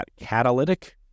catalytic